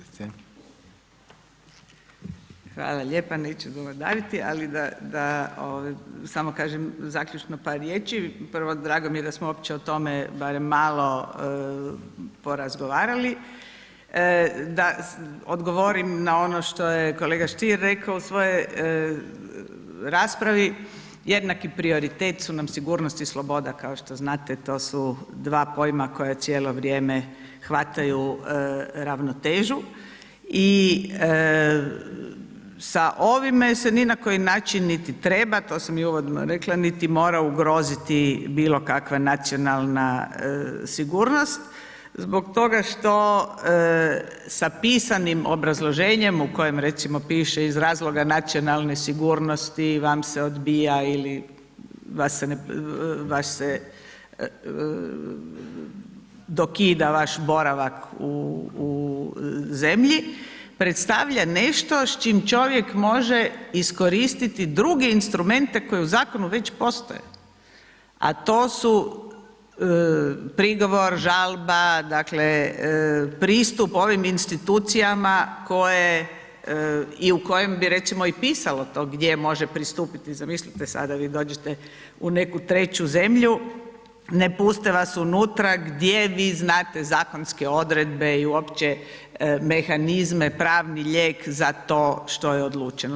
Hvala lijepa, neću ... ali da samo kažem zaključno par riječi, prvo, drago mi je da smo uopće o tome barem malo porazgovarali, da odgovorim na ono što je kolega Stier rekao u svojoj raspravi, jednaki prioritet su nam sigurnost i sloboda kao što znate, to su dva pojma koja cijelo vrijeme hvataju ravnotežu i sa ovim se ni na koji način niti treba, to sam u i vodno rekla, niti mora ugroziti bilokakva nacionalna sigurnost zbog toga što sa pisanim obrazloženjem u kojem recimo piše iz razloga nacionalne sigurnosti vam se odbija ili vas se dokida vaš boravak u zemlji, predstavlja nešto s čim čovjek može iskoristiti druge instrumente koji zakonu već postoje a to su prigovor, žalba, dakle pristup ovim institucijama koje i u kojim bi recimo pisalo to gdje može pristupiti, zamislite sada vi dođete u neku treću zemlju, ne puste vas unutra, gdje bi znate zakonske odredbe i uopće mehanizme, pravni lijek za to što je odlučeno.